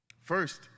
First